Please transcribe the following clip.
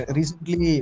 recently